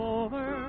over